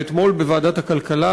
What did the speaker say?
ואתמול בוועדת הכלכלה,